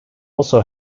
also